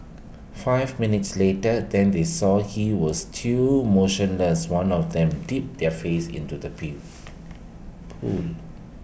five minutes later then they saw he was too motionless one of them dipped their face in to the peel pool